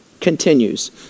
continues